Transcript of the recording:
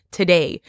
today